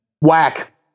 whack